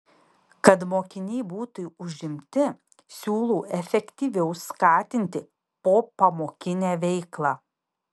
kad mokiniai būtų užimti siūlau efektyviau skatinti popamokinę veiklą